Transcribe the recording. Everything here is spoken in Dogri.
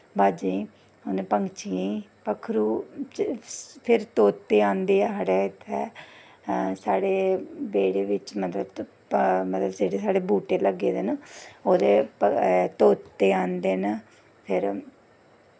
अवाजें गी पंक्षियें गी पक्खरू फिर तोते आंदे ऐं साढ़े इत्थें साढ़े बेह्ड़े बिच्च मतलब जेह्ड़े साढ़े बूह्टे लग्गे दे न ओह्दे पर तोते आंदे न फिर